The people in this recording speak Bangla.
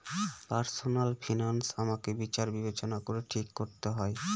পার্সনাল ফিনান্স আমাকে বিচার বিবেচনা করে ঠিক করতে হয়